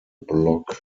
blog